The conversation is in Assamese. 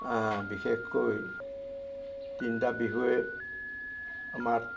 বিশেষকৈ তিনিটা বিহুৱে আমাৰ